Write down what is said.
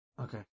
Okay